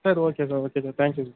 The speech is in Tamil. சரி okay sir okay sir thank you sir